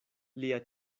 lia